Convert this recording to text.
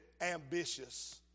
ambitious